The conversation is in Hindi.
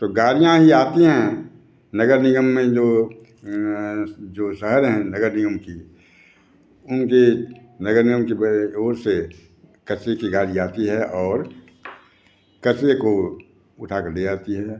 तो गाड़ियाँ ही आती हैं नगर निगम में जो जो शहर हैं नगर निगम की उनके नगर निगम के ओर से कचरे की गाड़ी आती है और कचरे को उठाकर ले जाती है